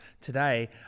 today